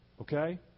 Okay